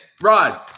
Rod